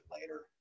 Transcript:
later